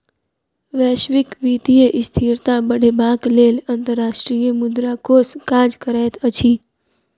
वैश्विक वित्तीय स्थिरता बढ़ेबाक लेल अंतर्राष्ट्रीय मुद्रा कोष काज करैत अछि